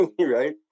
Right